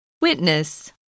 Witness